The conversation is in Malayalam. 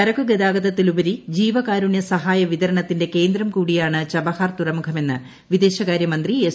ചരക്കുഗതാഗതത്തിലുപരി ജീവകാരുണ്യ സഹായ വിതരണത്തിന്റെ കേന്ദ്രം കൂടിയാണ് ചബഹാർ തുറമുഖമെന്ന് വിദേശകാര്യ മന്ത്രി എസ്